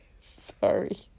Sorry